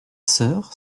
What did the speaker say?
sœur